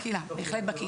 בהחלט.